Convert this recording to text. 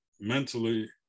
mentally